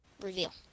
reveal